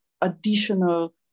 additional